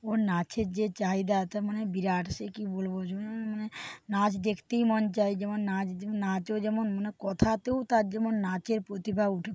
ওর নাচের যে চাহিদা তা মানে বিরাট সে কী বলবো জুনুন মানে নাচ দেখতেই মন চায় যায় যেমন নাচ নাচও যেমন মানে কথাতেও তার যেমন নাচের প্রতিভা উঠে